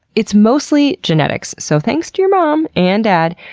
it's mostly genetics. so, thanks to your mom and dad,